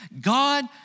God